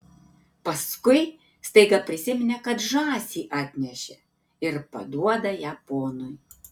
paskui staiga prisiminė kad žąsį atnešė ir paduoda ją ponui